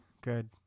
good